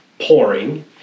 pouring